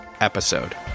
episode